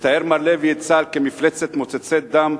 מתאר מר לוי את צה"ל כמפלצת מוצצת דם,